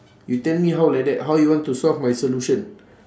you tell me how like that how you want to solve my solution